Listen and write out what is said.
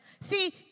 See